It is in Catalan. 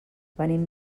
venim